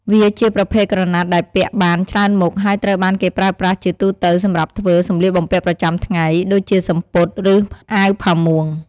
វាជាប្រភេទក្រណាត់ដែលពាក់បានច្រើនមុខ ហើយត្រូវបានគេប្រើប្រាស់ជាទូទៅសម្រាប់ធ្វើ សម្លៀកបំពាក់ប្រចាំថ្ងៃ ដូចជាសំពត់ ឬអាវផាមួង។